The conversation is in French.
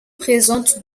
présente